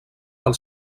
del